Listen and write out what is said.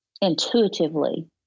intuitively